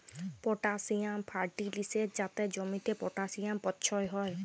potassium ফার্টিলিসের যাতে জমিতে পটাসিয়াম পচ্ছয় হ্যয়